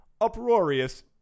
uproarious